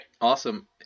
Awesome